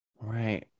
Right